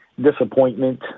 disappointment